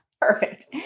Perfect